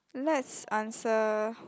let's answer